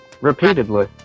repeatedly